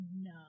no